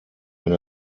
wenn